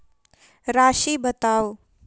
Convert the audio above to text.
राशि बताउ